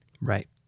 Right